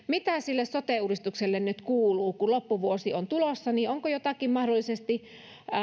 mitä sille sote uudistukselle nyt kuuluu kun loppuvuosi on tulossa onko jotakin mahdollisesti